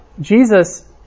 Jesus